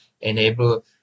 enable